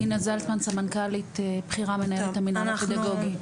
אינה זלצמן, סמנ"כלית בכירה, מנהלת המנהל הפדגוגי.